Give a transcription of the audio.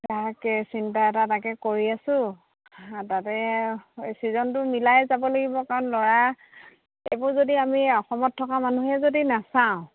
তাকে চিন্তা এটা তাকে কৰি আছোঁ তাতে ছিজনটো মিলাই যাব লাগিব কাৰণ ল'ৰা এইবোৰ যদি আমি অসমত থকা মানুহেই যদি নাচাওঁ